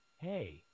Hey